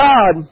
God